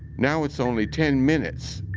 now it's only ten minutes,